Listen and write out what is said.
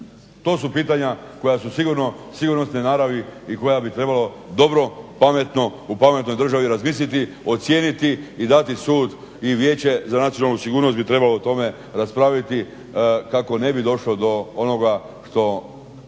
To su pitanja koja su sigurnosne naravi i koja bi trebalo dobro, pametno u pametnoj državi razmisliti, ocijeniti i dati sud i Vijeće za nacionalnu sigurnost bi trebalo o tome raspraviti kako ne bi došlo do onoga što